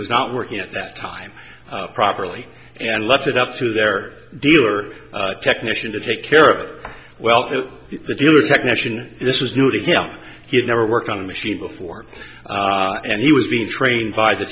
was not working at that time properly and left it up to their dealer technician to take care of it well the dealer technician this was new to him he had never worked on a machine before and he was being trained by the